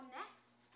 next